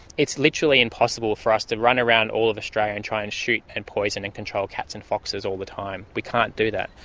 it's literally impossible for us to run around all of australia and try and shoot and poison and control cats and foxes all the time. we can't do that.